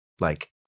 like-